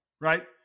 right